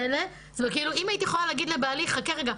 אם הייתי יכולה להגיד לבעלי: חכה רגע,